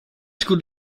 school